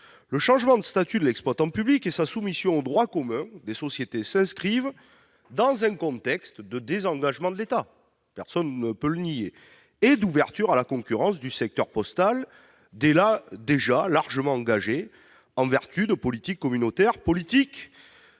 le changement de statut de l'exploitant public et sa soumission au droit commun des sociétés s'inscrivent dans un contexte de désengagement de l'État- personne ne peut le nier -et d'ouverture à la concurrence du secteur postal, désengagement et ouverture déjà largement engagés en vertu de politiques communautaires que